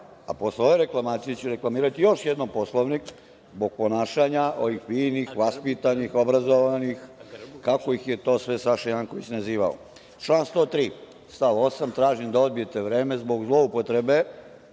a posle ove reklamacije ću reklamirati još jednom Poslovnik zbog ponašanja ovih finih, vaspitanih, obrazovanih, kako ih je to sve Saša Janković nazivao. Član 103. stav 8, tražim da odbijete vreme, dva minuta,